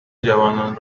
جوانان